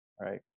right